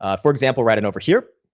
ah for example, write it over here,